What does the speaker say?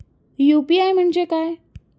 UPI म्हणजे काय?